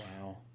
wow